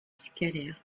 scalaire